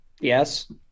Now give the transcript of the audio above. yes